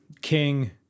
King